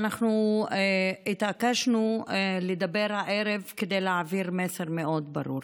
אנחנו התעקשנו לדבר הערב כדי להעביר מסר מאוד ברור: